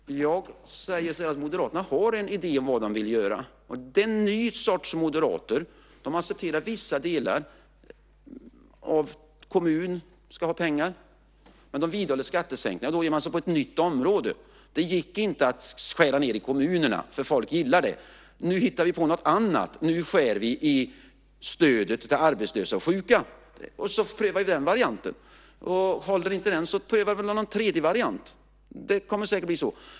Fru talman! Jag säger så här: Moderaterna har en idé om vad de vill göra. Det är en ny sorts moderater. De accepterar vissa delar, till exempel att kommuner ska ha pengar, men de vidhåller skattesänkningar. Då ger man sig på ett nytt område. Det gick inte att skära ned i kommunerna, för folk gillar dem. Nu hittar man på något annat! Nu skär man i stödet till arbetslösa och sjuka, och så prövar man den varianten. Och håller inte den så prövar man väl en tredje variant! Det kommer säkert att bli så.